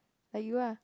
like you ah